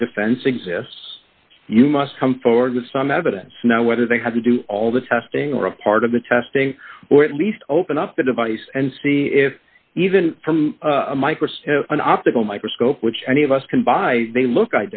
a defense exists you must come forward with some evidence now whether they have to do all the testing or a part of the testing or at least open up the device and see if even from a microscope an optical microscope which many of us can by they look